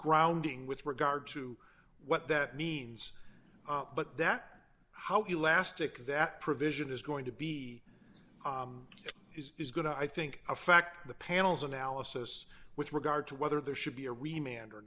grounding with regard to what that means but that how elastic that provision is going to be is is going to i think affect the panel's analysis with regard to whether there should be a